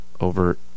over